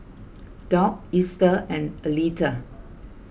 Doc Easter and Aleta